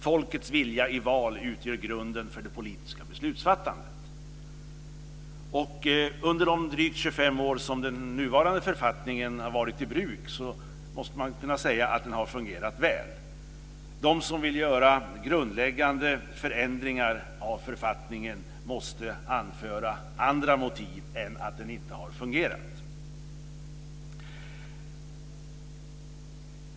Folkets vilja i val utgör grunden för det politiska beslutsfattandet. Under de drygt 25 år som den nuvarande författningen har varit i bruk så måste man kunna säga att den har fungerat väl. De som vill göra grundläggande förändringar av författningen måste anföra andra motiv än att den inte har fungerat.